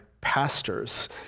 pastors